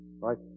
right